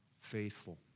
faithful